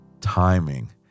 timing